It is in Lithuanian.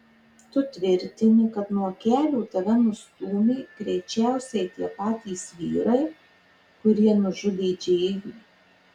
tu tvirtini kad nuo kelio tave nustūmė greičiausiai tie patys vyrai kurie nužudė džėjų